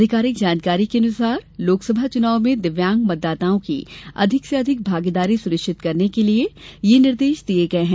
अधिकारिक जानकारी के अनुसार लोकसभा चुनाव में दिव्यांग मतदाताओं की अधिक से अधिक भागीदारी सुनिश्चित करने के लिये यह निर्देश दिये गये है